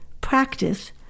Practice